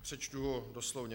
Přečtu ho doslovně.